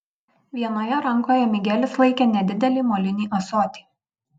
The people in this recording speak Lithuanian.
vienoje rankoje migelis laikė nedidelį molinį ąsotį